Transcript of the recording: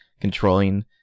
controlling